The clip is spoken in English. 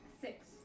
Six